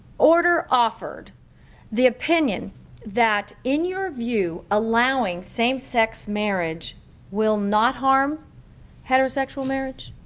order offered the opinion that in your view allowing same-sex marriage will not harm heterosexual marriage.